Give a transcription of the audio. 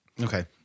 Okay